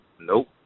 Nope